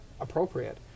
appropriate